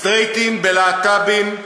סטרייטים בלהט"בים,